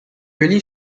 really